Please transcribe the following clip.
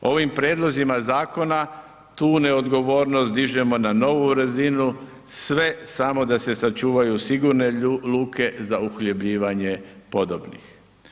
Ovim prijedlozima zakona tu neodgovornost dižemo na novu razinu, sve samo da se sačuvaju sigurne luke za uhljebljivanje podobnih.